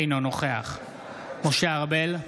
אינו נוכח משה ארבל,